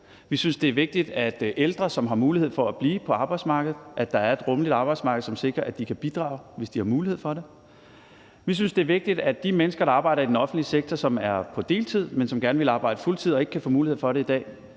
Vi synes, det er vigtigt, at der for ældre, som har mulighed for at blive på arbejdsmarkedet, er et rummeligt arbejdsmarked, som sikrer, at de kan bidrage, hvis de har mulighed for det. Vi synes, det er vigtigt, at de mennesker, der arbejder i den offentlige sektor, pg som er på deltid, men som gerne vil arbejde på fuldtid og ikke kan få mulighed for det i dag,